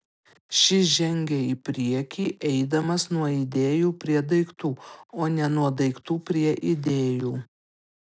šis žengia į priekį eidamas nuo idėjų prie daiktų o ne nuo daiktų prie idėjų